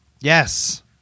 Yes